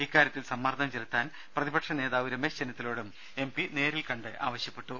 ഇക്കാര്യത്തിൽ സമ്മർദ്ദം ചെലുത്താൻ പ്രതിപക്ഷ നേതാവ് രമേശ് ചെന്നിത്തലയോടും എംപി നേരിൽ കണ്ട് ആവശ്യപ്പെട്ടു